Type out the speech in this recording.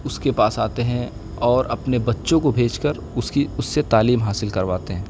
اس کے پاس آتے ہیں اور اپنے بچوں کو بھیج کر اس کی اس سے تعلیم حاصل کرواتے ہیں